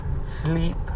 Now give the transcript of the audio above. Sleep